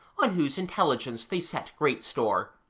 on whose intelligence they set great store,